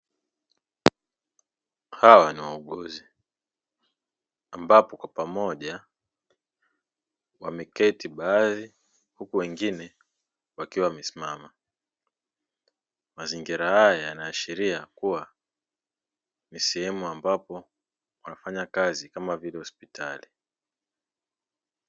Hawa ni wauguzi ambapo kwa pamoja, wameketi baadhi huku wengine wakiwa wamesimama, mazingira haya yanaashiria kuwa ni sehemu ambapo wanafanya kazi kama vile hospitali.